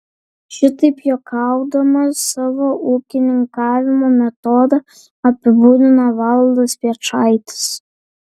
šitaip juokaudamas savo ūkininkavimo metodą apibūdina valdas piečaitis